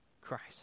Christ